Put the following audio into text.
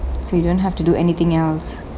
so you don't have to do anything else